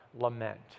lament